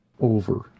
over